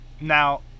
Now